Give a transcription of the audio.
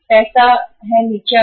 पैसा है नीचे भी गया